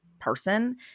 person